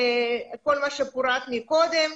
כל מה שפורט מקודם,